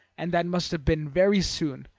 and that must have been very soon,